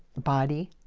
body,